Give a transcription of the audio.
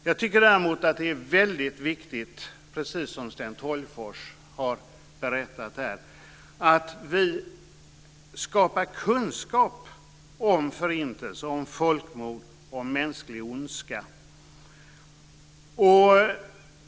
Jag tycker däremot att det är väldigt viktigt, precis som Sten Tolgfors har berättat, att vi skapar kunskap om Förintelsen, om folkmord och om mänsklig ondska.